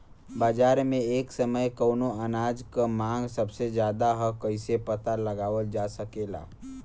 बाजार में एक समय कवने अनाज क मांग सबसे ज्यादा ह कइसे पता लगावल जा सकेला?